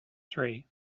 three